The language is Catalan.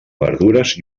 verdures